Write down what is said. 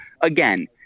again